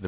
the